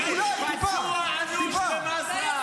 --- פצוע אנוש במזרעה.